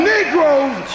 Negroes